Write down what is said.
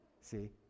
See